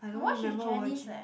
I watch with Janice leh